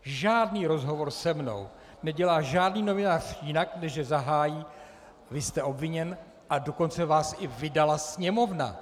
Žádný rozhovor se mnou nedělá žádný novinář jinak, než že zahájí: vy jste obviněn, a dokonce vás i vydala Sněmovna.